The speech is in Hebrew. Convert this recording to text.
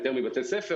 יותר מבתי ספר,